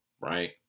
right